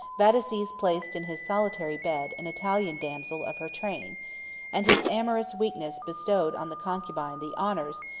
vataces placed in his solitary bed an italian damsel of her train and his amorous weakness bestowed on the concubine the honors,